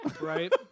right